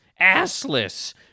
assless